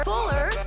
Fuller